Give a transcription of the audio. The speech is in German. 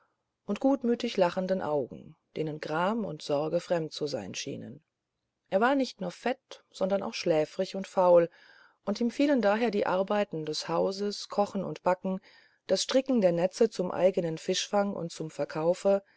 und gutmütig lachenden augen denen gram und sorge fremd zu sein schienen er war nicht nur fett sondern auch schläfrig und faul und ihm fielen daher die arbeiten des hauses kochen und backen das stricken der netze zum eigenen fischfang und zum verkaufe